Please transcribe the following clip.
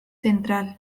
central